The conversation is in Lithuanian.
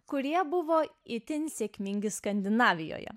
kurie buvo itin sėkmingi skandinavijoje